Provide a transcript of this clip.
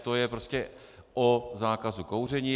To je prostě o zákazu kouření.